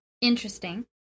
interesting